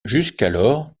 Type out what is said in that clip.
jusqu’alors